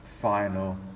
final